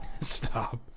Stop